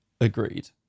Agreed